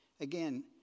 Again